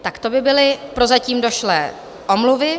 Tak to by byly prozatím došlé omluvy.